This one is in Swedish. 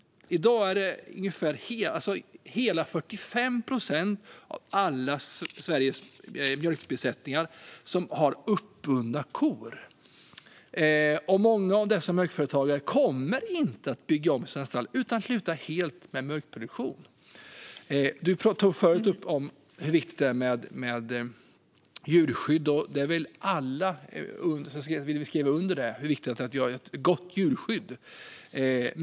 I dag är korna uppbundna i hela 45 procent av alla Sveriges mjölkbesättningar. Många av dessa mjölkföretagare kommer inte att bygga om sina stall, utan de kommer att sluta helt med mjölkproduktion. Ministern tog förut upp hur viktigt det är med djurskydd. Alla vill skriva under på att det är viktigt att vi har ett gott djurskydd.